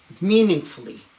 meaningfully